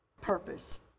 purpose